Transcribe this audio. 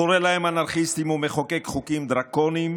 קורא להם "אנרכיסטים" ומחוקק חוקים דרקוניים,